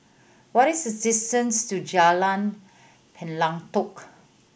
what is the distance to Jalan Pelatok